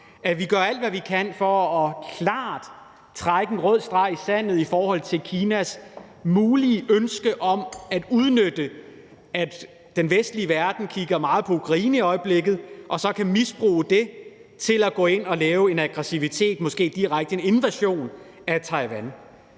at vi gør alt, hvad vi kan, for klart at trække en rød streg i sandet i forhold til Kinas mulige ønske om at udnytte, at den vestlige verden kigger meget på Ukraine i øjeblikket, og misbruge det til at gå ind at lave en aggressivitet, måske en direkte invasion af Taiwan.